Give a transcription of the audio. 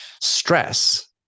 stress